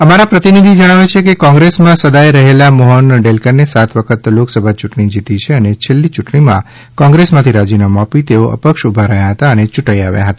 અમારા પ્રતિનિધિ જણાવે છે કે કોંગ્રેસમાં સદાય રહેલા મોહન ડેલકરે સાત વખત લોકસભા ચૂંટણી જીતી છે અને છેલ્લી યૂંટણીમાં કોંગ્રેસ માથી રાજીનામું આપી તેઓ અપક્ષ ઊભા રહ્યા હતા અને ચૂંટાઈ ગથા હતા